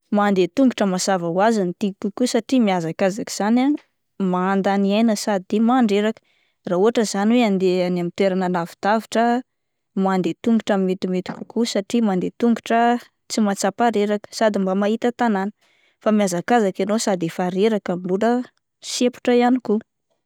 Mandeha tongotra mazava hoazy no tiko kokoa satria mihazakazaka zany ah mandany aina sady mandreraka, raha ohatra zany hoe andeha any amin'ny toerana alavidavitra mandeha tongotra no metimety kokoa satria mandeha tongotra tsy mahatsapa reraka sady mba mahita tanàna fa mihazakazaka ianao sady efa reraka no mbola sepotra ihany koa.